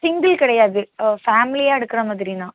single கிடையாது ஃபேமிலியாக எடுக்கிறமாதிரினா